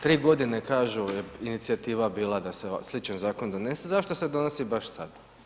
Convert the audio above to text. Tri godine kažu je inicijativa bila da se sličan zakon donese, zašto se donosi baš sada?